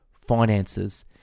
Finances